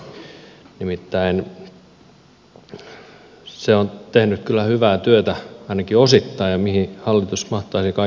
nimittäin se on tehnyt kyllä hyvää työtä ainakin osittain ja mihin hallitus mahtaisikaan joutua ilman heitä